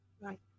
Right